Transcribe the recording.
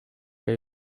were